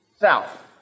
south